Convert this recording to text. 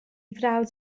frawd